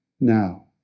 now